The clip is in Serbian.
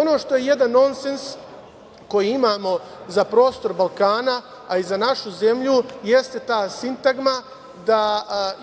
Ono što je jedan nonsens koji imamo za prostor Balkana, a i za našu zemlju, jeste ta sintagma da